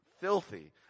filthy